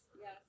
yes